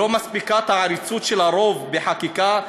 לא מספיקה העריצות של הרוב בחקיקה,